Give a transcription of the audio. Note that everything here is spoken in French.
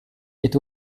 est